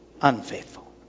Unfaithful